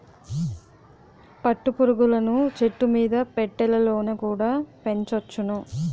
పట్టు పురుగులను చెట్టుమీద పెట్టెలలోన కుడా పెంచొచ్చును